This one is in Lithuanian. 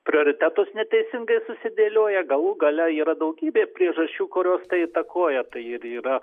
prioritetus neteisingai susidėlioja galų gale yra daugybė priežasčių kurios tai įtakoja tai ir yra